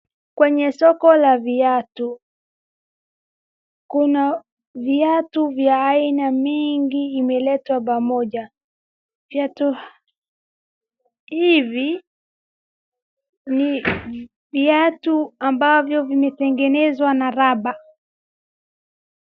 Kwenye soko la viatu. Kuna viatu vya aina mingi imeletwa pamoja. Viatu hivi ni viatu ambavyo vimetenezwa na rubber .